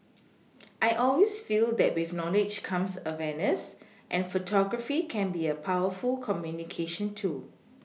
I always feel that with knowledge comes awareness and photography can be a powerful communication tool